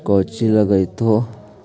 कौची लगतय?